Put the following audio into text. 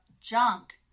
junk